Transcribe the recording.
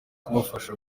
kubafasha